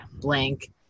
blank